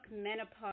Menopause